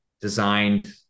designed